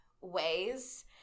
ways